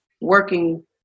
working